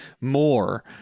More